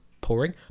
pouring